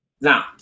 Now